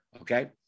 Okay